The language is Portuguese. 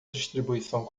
distribuição